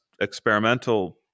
experimental